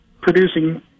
producing